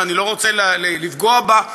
ואני לא רוצה לפגוע בה,